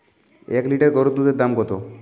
এক লিটার গোরুর দুধের দাম কত?